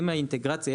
אם האינטגרציה,